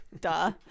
Duh